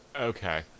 Okay